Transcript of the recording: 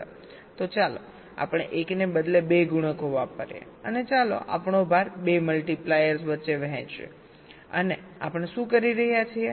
તો ચાલો આપણે એકને બદલે 2 ગુણકો વાપરીએ અને ચાલો આપણો ભાર 2 મલ્ટિપ્લાયર્સ વચ્ચે વહેંચીએ અને આપણે શું કરી રહ્યા છીએ